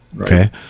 okay